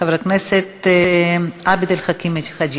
חבר הכנסת עבד אל חכים חאג'